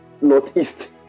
northeast